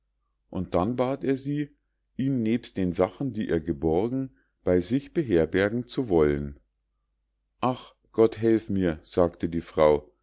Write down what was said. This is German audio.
und dann bat er sie ihn nebst den sachen die er geborgen bei sich beherbergen zu wollen ach gott helf mir sagte die frau